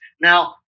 Now